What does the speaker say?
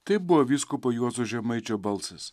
tai buvo vyskupo juozo žemaičio balsas